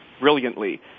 brilliantly